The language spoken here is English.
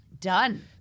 Done